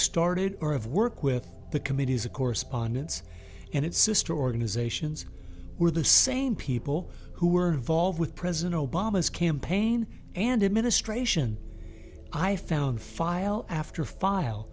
started or of work with the committees of correspondence and its sister organizations were the same people who were involved with president obama's campaign and administration i found file after file